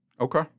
Okay